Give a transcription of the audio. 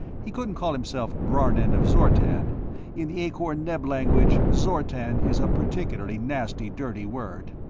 he couldn't call himself brarnend of zortan in the akor-neb language, zortan is a particularly nasty dirty-word.